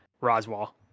Roswell